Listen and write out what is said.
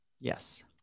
Yes